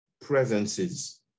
presences